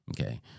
Okay